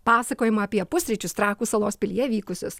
pasakojimą apie pusryčius trakų salos pilyje vykusius